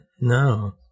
no